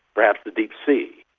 perhaps the deep sea.